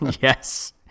Yes